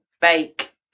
bake